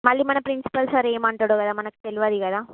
మళ్ళీ మన principal sir ఏమంటారో కదా మనకి తెలీదు కదా